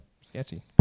Sketchy